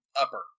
upper